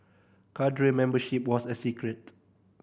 cadre membership was a secret